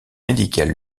médicale